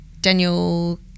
Daniel